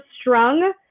strung